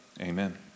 Amen